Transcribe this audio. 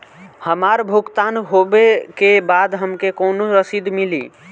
हमार भुगतान होबे के बाद हमके कौनो रसीद मिली?